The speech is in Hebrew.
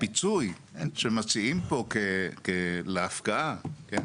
הפיצוי שמציעים פה להפקעה, כן?